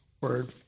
Word